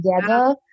together